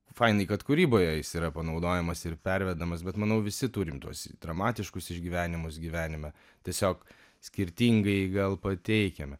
fainai kad kūryboje jis yra panaudojamas ir pervedamas bet manau visi turim tuos dramatiškus išgyvenimus gyvenime tiesiog skirtingai gal pateikiam